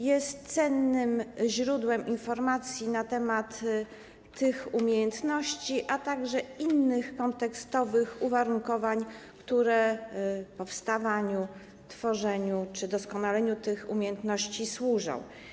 Jest cennym źródłem informacji na temat tych umiejętności, a także innych kontekstowych uwarunkowań, które powstawaniu, tworzeniu czy doskonaleniu tych umiejętności służą.